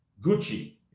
Gucci